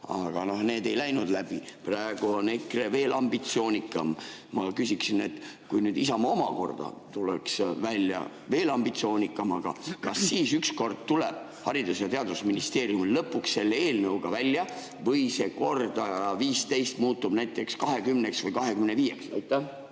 ei läinud läbi. Praegu on EKRE veel ambitsioonikam. Ma küsiksin, et kui nüüd Isamaa omakorda tuleks välja veel ambitsioonikama [ettepanekuga], kas siis tuleb Haridus‑ ja Teadusministeerium lõpuks selle eelnõuga välja või see kordaja 15 muutub näiteks 20‑ks või 25‑ks? Aitäh!